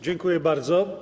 Dziękuję bardzo.